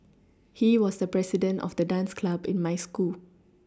he was the president of the dance club in my school